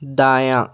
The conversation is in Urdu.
دایاں